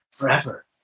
Forever